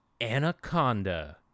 Anaconda